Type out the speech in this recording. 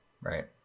Right